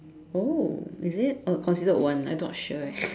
oh is it uh considered one I not sure leh